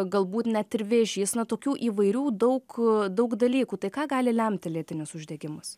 galbūt net ir vėžys na tokių įvairių daug daug dalykų tai ką gali lemti lėtinis uždegimas